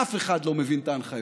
אף אחד לא מבין את ההנחיות.